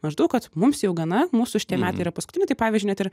maždaug kad mums jau gana mūsų šitie metai yra paskutiniai tai pavyzdžiui net ir